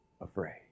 afraid